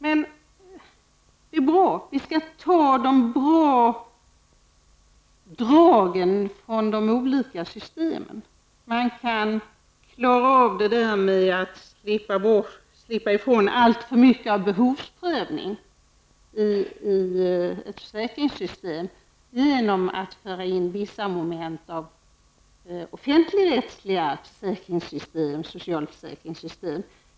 Men det är bra. Vi skall ta de bra dragen från de olika systemen. Det är bra att slippa ifrån behovsprövningen i ett försäkringssystem genom att föra in vissa moment av offentligrättsliga socialförsäkringssystem.